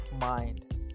mind